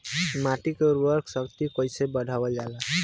माटी के उर्वता शक्ति कइसे बढ़ावल जाला?